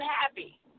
happy